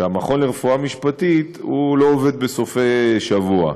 שהמכון לרפואה משפטית לא עובד בסופי שבוע.